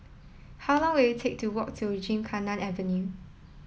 how long will it take to walk to Gymkhana Avenue